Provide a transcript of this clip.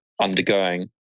undergoing